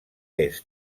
est